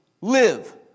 live